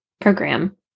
program